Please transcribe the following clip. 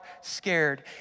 scared